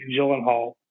Gyllenhaal